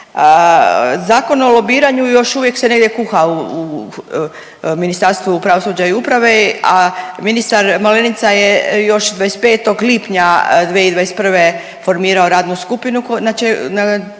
Zakon o lobiranju još uvijek se negdje kuha u Ministarstvu pravosuđa i uprave, a ministar Malenica je još 25. lipnja 2021. formirao radnu skupinu na čelu